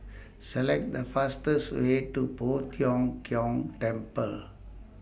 Select The fastest Way to Poh Tiong Kiong Temple